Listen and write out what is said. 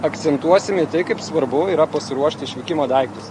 akcentuosim į tai kaip svarbu yra pasiruošti išvykimo daiktus